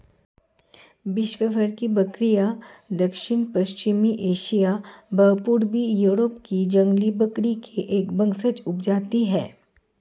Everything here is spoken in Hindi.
विश्वभर की बकरियाँ दक्षिण पश्चिमी एशिया व पूर्वी यूरोप की जंगली बकरी की एक वंशज उपजाति है